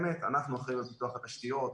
אנחנו אחראים על פיתוח התשתיות.